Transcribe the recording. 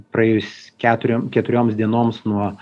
praėjus keturiom keturioms dienoms nuo